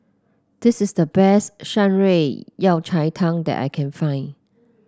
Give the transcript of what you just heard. this is the best Shan Rui Yao Cai Tang that I can find